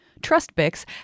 Trustbix